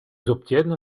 obtiennent